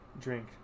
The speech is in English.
Drink